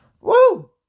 Woo